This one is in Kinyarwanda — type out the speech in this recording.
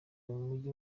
mugi